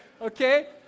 okay